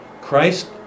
Christ